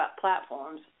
platforms